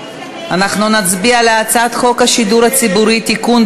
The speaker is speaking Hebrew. אנחנו נצביע על הצעת חוק השידור הציבורי (תיקון,